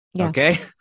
Okay